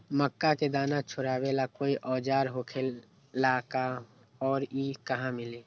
मक्का के दाना छोराबेला कोई औजार होखेला का और इ कहा मिली?